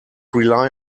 rely